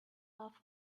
love